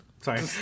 Sorry